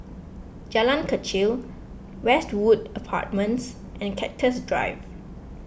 Jalan Kechil Westwood Apartments and Cactus Drive